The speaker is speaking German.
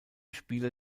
spieler